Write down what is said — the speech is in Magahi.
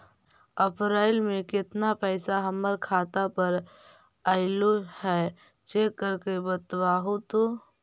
अप्रैल में केतना पैसा हमर खाता पर अएलो है चेक कर के बताहू तो?